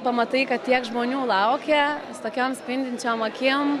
pamatai kad tiek žmonių laukia tokiom spindinčiom akim